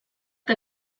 que